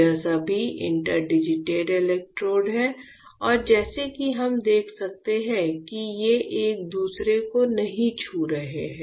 ये सभी interdigitated electrode हैं और जैसा कि हम देख सकते हैं कि ये एक दूसरे को नहीं छू रहे हैं